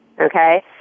okay